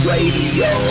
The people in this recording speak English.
Radio